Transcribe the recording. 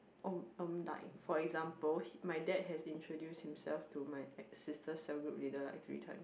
for example my dad has introduced himself to my sister's cell group leader like three times